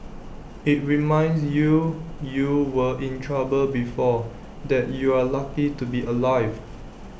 IT reminds you you were in trouble before that you're lucky to be alive